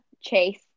Chase